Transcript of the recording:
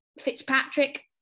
Fitzpatrick